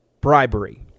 bribery